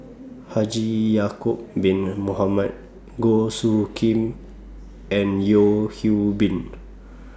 Haji Ya'Acob Bin Mohamed Goh Soo Khim and Yeo Hwee Bin